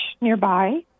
nearby